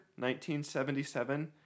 1977